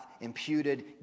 imputed